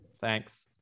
Thanks